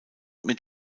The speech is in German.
mit